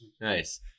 Nice